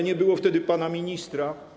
Nie było wtedy pana ministra.